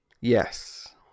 Yes